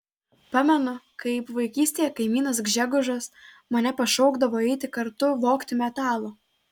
pamenu kaip vaikystėje kaimynas gžegožas mane pašaukdavo eiti kartu vogti metalo